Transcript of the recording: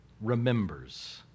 remembers